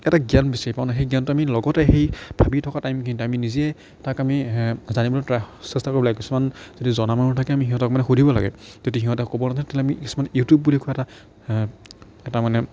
এটা জ্ঞান বিচাৰি পাওঁ ন সেই জ্ঞানটো আমি লগতে সেই ভাবি থকা টাইমখিনিত আমি নিজে তাক আমি জানিবলৈ ট্ৰাই চেষ্টা কৰিব লাগে কিছুমান যদি জনা মানুহ থাকে সিহঁতক মানে সুধিব লাগে যদি সিহঁতে ক'ব নেজানে তেনেহ'লে আমি কিছুমান ইউটিউব বুলি কয় এটা এটা মানে